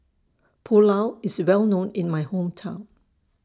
Pulao IS Well known in My Hometown